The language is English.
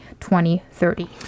2030